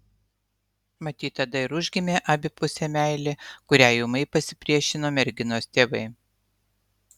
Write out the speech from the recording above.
matyt tada ir užgimė abipusė meilė kuriai ūmai pasipriešino merginos tėvai